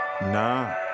Nah